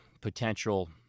potential